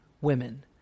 women